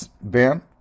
Ben